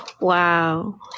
wow